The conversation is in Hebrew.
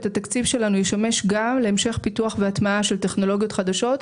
התקציב שלנו ישמש גם להמשך פיתוח והטמעה של טכנולוגיות חדשות,